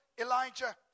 Elijah